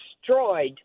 destroyed